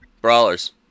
Brawlers